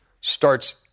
starts